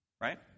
right